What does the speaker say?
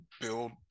build